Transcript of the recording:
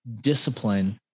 discipline